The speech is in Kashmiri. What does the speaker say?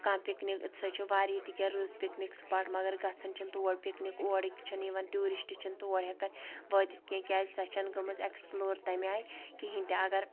کانٛہہ پِکنِک سۄ چھِ واریاہ تِکیٛاہ رٕز پِکنِک سُپاٹ مگر گژھان چھنہٕ تور پِکنِک اورٕکۍ چھنہٕ یِوان ٹوٗرِسٹہٕ چھِنہٕ تور ہؠکان وٲتِتھ کینٛہہ کیازِ سۄ چھنہٕ گٔمٕژ ایٚکٕسپٕلور تَمہِ آیہِ کہیٖنۍ تہِ اگر